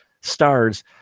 stars